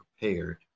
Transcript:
prepared